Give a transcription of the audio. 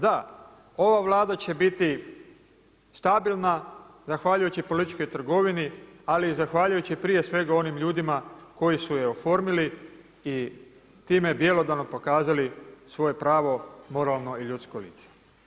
Da, ova Vlada će biti stabilna, zahvaljujući političkoj trgovini ali i zahvaljujući prije svega onim ljudima koji su je oformili i time bjelodano pokazali svoje pravo, moralno i ljudsko lice.